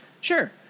Sure